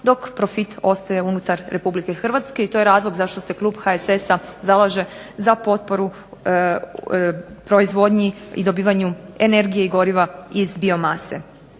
dok profit ostaje unutar Republike Hrvatske, i to je razlog zašto se klub HSS-a zalaže za potporu proizvodnji i dobivanju energije i goriva iz biomase.